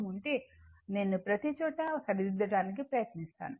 ఉంటే నేను ప్రతిచోటా సరిదిద్దడానికి ప్రయత్నిస్తాను